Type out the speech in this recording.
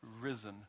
risen